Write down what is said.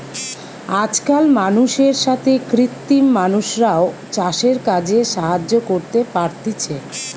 আজকাল মানুষের সাথে কৃত্রিম মানুষরাও চাষের কাজে সাহায্য করতে পারতিছে